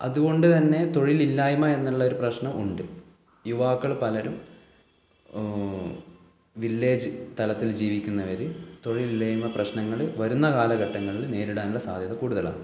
അതുകൊണ്ട് തന്നെ തൊഴിലില്ലായ്മ എന്നുള്ളൊരു പ്രശ്നം ഉണ്ട് യുവാക്കൾ പലരും വില്ലേജ് തലത്തിൽ ജീവിക്കുന്നവർ തൊഴിലില്ലായ്മ പ്രശ്നങ്ങൾ വരുന്ന കാലഘട്ടങ്ങളിൽ നേരിടാനുള്ള സാധ്യത കൂടുതലാണ്